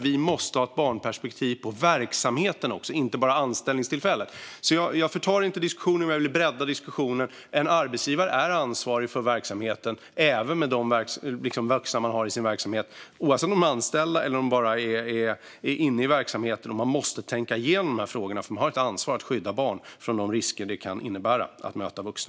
Vi måste ha ett barnperspektiv även på verksamheten och inte bara vid anställningstillfället. Detta förtar inte diskussionen, utan jag vill bredda den. En arbetsgivare är ansvarig för verksamheten även för de vuxna som finns där, oavsett om de är anställda eller bara finns inne i verksamheten. Man måste tänka igenom dessa frågor, för man har ett ansvar att skydda barn från de risker det kan innebära att möta vuxna.